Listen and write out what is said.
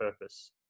purpose